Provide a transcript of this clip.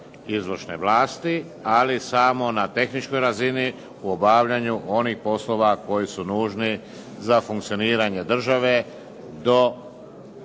izvršne vlasti ali samo na tehničkoj razini u obavljanju onih poslova koji su nužni za funkcioniranje države do